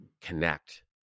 connect